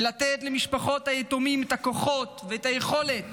ולתת למשפחות היתומים את הכוחות ואת היכולת